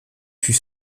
fut